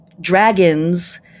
dragons